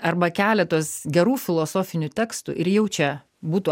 arba keletos gerų filosofinių tekstų ir jau čia būtų